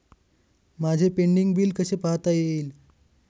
माझे pending bill कसे पाहता येईल?